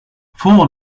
four